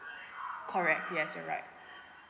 correct yes you are right